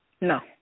No